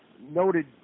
noted